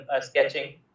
sketching